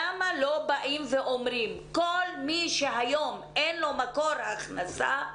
למה לא אומרים שכל מי שהיום אין לו מקור הכנסה,